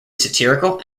satirical